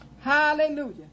Hallelujah